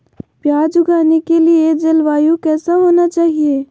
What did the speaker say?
प्याज उगाने के लिए जलवायु कैसा होना चाहिए?